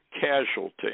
casualty